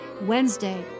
Wednesday